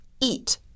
eat